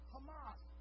Hamas